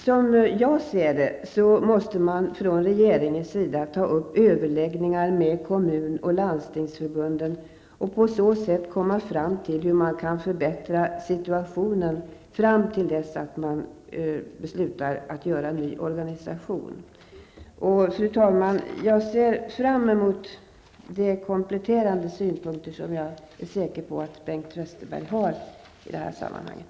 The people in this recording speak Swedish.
Som jag ser det, måste regeringen ta upp överläggningar med kommun och landstingsförbunden och på så sätt komma fram till hur man kan förbättra situationen fram till dess att man beslutar att göra en ny organisation. Fru talman! Jag ser fram emot de kompletterande synpunkter som jag är säker på att Bengt Westerberg har i det här sammanhanget.